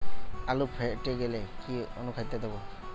আলু ফেটে গেলে কি অনুখাদ্য দেবো?